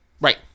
Right